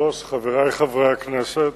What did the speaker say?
כבוד היושב-ראש, חברי חברי הכנסת,